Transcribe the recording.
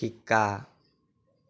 শিকা